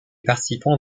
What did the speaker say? participants